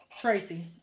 Tracy